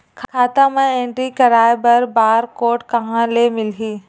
खाता म एंट्री कराय बर बार कोड कहां ले मिलही?